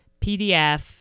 PDF